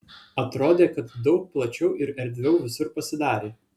atrodė kad daug plačiau ir erdviau visur pasidarė